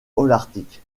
holarctique